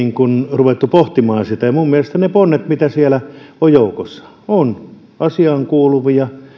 ruvettu pohtimaan sitä ja minun mielestäni ne ponnet mitä siellä on joukossa ovat asiaan kuuluvia